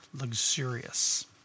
Luxurious